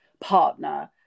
partner